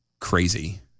Crazy